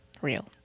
real